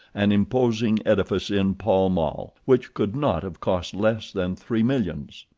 an imposing edifice in pall mall, which could not have cost less than three millions.